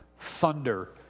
thunder